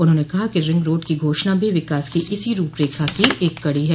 उन्होंने कहा कि रिंग रोड की घोषणा भी विकास की इसी रूपरेखा की एक कड़ी है